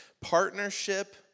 Partnership